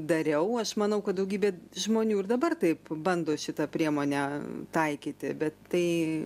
dariau aš manau kad daugybė žmonių ir dabar taip bando šitą priemonę taikyti bet tai